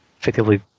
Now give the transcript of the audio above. effectively